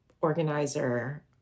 organizer